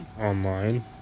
online